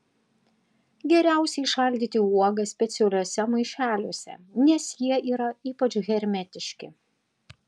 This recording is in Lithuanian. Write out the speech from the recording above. geriausiai šaldyti uogas specialiuose maišeliuose nes jie yra ypač hermetiški